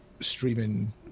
streaming